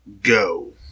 go